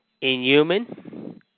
inhuman